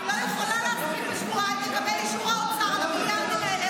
אני לא יכולה להספיק בשבועיים לקבל את אישור האוצר על המיליארדים האלה,